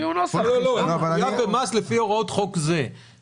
כמעט בכל סקטור שנגענו כאן,